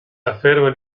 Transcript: afferma